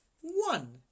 one